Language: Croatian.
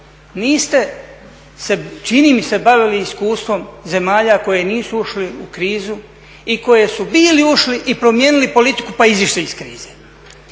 se, čini mi se bavili iskustvom zemalja koje nisu ušle u krizu i koje su bili ušli i promijenili politiku pa izišli iz krize.